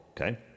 Okay